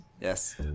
yes